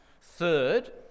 Third